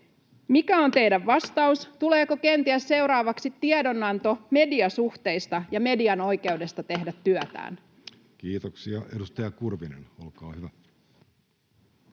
Mikä on teidän vastauksenne? Tuleeko kenties seuraavaksi tiedonanto mediasuhteista ja median oikeudesta tehdä työtään? Kiitoksia. — Edustaja Kurvinen, olkaa hyvä.